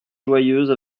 joyeuse